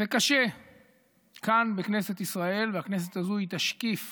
וקשה כאן בכנסת ישראל, והכנסת הזאת היא תשקיף